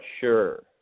sure